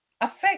affect